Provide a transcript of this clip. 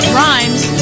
rhymes